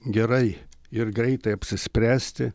gerai ir greitai apsispręsti